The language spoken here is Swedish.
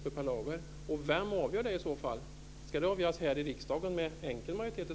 Och vem är det som avgör det? Ska det i så fall avgöras här i riksdagen med enkel majoritet?